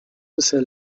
bisher